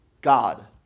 God